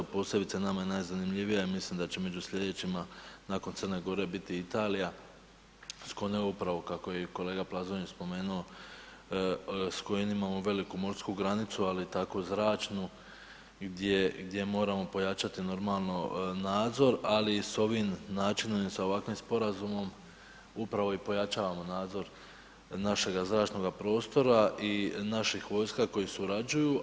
I posebice je nama najzanimljivija i mislim da će među sljedećima nakon Crne Gore biti Italija … upravo kako je i kolega Plazonić spomenuo s kojom imamo veliku morsku granicu, ali tako i zračnu gdje moramo pojačati normalno nadzor, ali s ovim načinom i s ovakvim sporazumom upravo i pojačavamo nadzor našega zračnoga prostora i naših vojska koje surađuju.